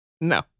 No